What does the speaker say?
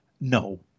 No